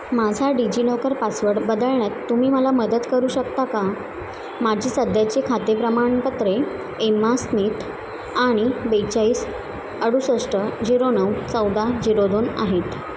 माझा DigiLocker password बदलण्यात तुम्ही मला मदत करू शकता का माझी सध्याचे खाते प्रमाणपत्रे एम्मा स्मिथ आणि बेचाळीस अडुसष्ट झिरो नऊ चौदा झिरो दोन आहेत